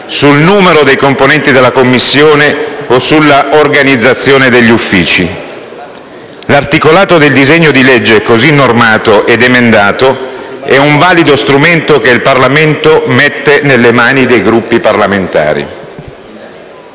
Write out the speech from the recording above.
sul numero dei componenti della Commissione o sulla organizzazione degli uffici. L'articolato del disegno di legge, così normato ed emendato, è un valido strumento che il Parlamento mette nelle mani dei Gruppi parlamentari.